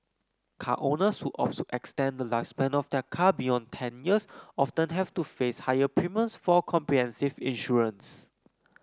car owners who opt to extend the lifespan of their car beyond ten years often have to face higher premiums for comprehensive insurance